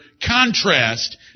contrast